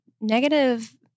negative